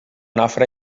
nafra